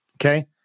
Okay